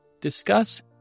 discuss